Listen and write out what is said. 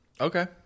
Okay